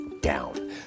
down